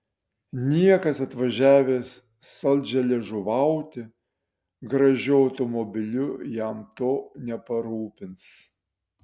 niekas atvažiavęs saldžialiežuvauti gražiu automobiliu jam to neparūpins